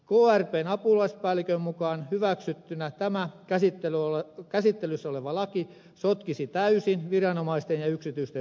krpn apulaispäällikön mukaan hyväksyttynä tämä käsittelyssä oleva laki sotkisi täysin viranomaisten ja yksityisten roolin